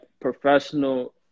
professional